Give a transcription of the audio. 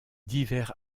divers